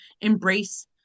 embrace